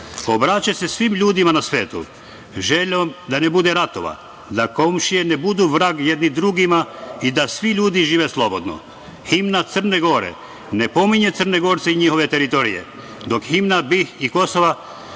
obraća se svim ljudima na svetu, željom da ne bude ratova, da komšije ne budu vrag jedni drugima i da svi ljudi žive slobodno. Himna Crne Gore ne pominje Crnogorce i njihove teritorije, dok himna BiH i Kosova